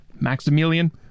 Maximilian